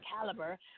caliber